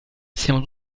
siamo